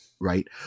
Right